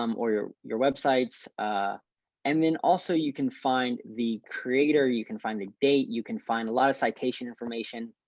um or your your websites and then also you can find the creator. you can find the date you can find a lot of citation information.